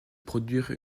produire